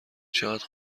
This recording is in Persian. چقدر